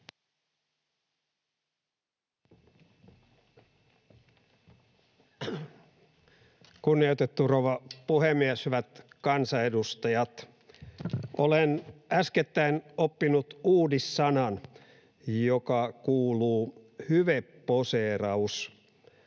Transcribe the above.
Kunnioitettu rouva puhemies! Hyvät kansanedustajat! Olen äskettäin oppinut uudissanan, joka kuuluu: hyveposeeraus.